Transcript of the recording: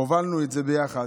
הובלנו את זה ביחד,